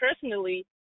personally